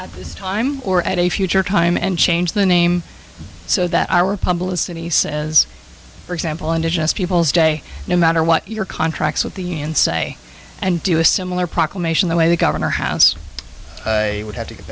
at this time or at a future time and change the name so that our public city says for example indigenous peoples day no matter what your contracts with the unions say and do a similar proclamation the way the governor has a would have to get